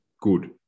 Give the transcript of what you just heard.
good